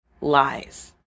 lies